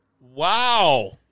Wow